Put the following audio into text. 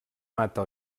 mata